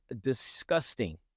disgusting